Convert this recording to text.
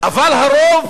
אבל הרוב